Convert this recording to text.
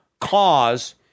cause